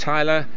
Tyler